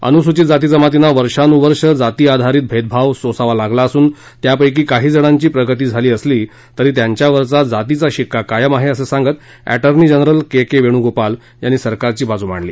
अनुसूचित जाती जमातींना वर्षानुवर्ष जाती आधारित भेदभाव सोसावा लागला असून त्यापैकी काहीजणांची प्रगती झाली असली तरी त्यांच्यावरचा जातीचा शिक्का कायम आहे असं सांगत attorney general K K Venugopal यांनी सरकारची बाजू मांडली